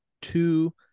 two